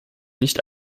nicht